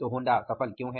तो होंडा सफल क्यों है